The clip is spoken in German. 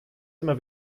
immer